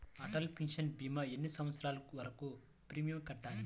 Atal pension భీమా ఎన్ని సంవత్సరాలు వరకు ప్రీమియం కట్టాలి?